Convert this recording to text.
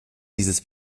dieses